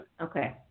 Okay